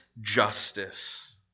justice